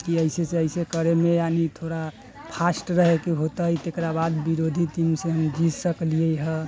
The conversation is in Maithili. की ऐसे सँ ऐसे करैमे यानि थोड़ा फास्ट रहैके होतै तकरा बाद विरोधी टीमसँ हम जीत सकलियै हँ